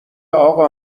اقا